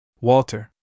Walter